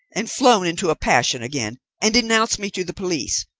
and flown into a passion again, and denounced me to the police.